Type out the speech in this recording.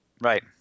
Right